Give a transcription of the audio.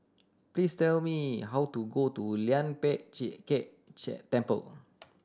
please tell me how to go to Lian Pek Chee Kek Chee Temple